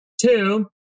Two